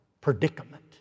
predicament